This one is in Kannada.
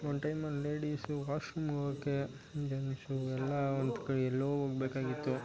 ಒಂದು ಟೈಮಲ್ಲಿ ಲೇಡಿಸು ವಾಶ್ರೂಮ್ ಹೋಗೋಕೆ ಏನೇನು ಇಷ್ಯೂ ಎಲ್ಲ ಒಂದ್ಕೆ ಎಲ್ಲೋ ಹೋಗ್ಬೇಕಾಗಿತ್ತು